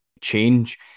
change